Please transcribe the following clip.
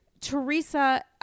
Teresa